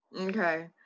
okay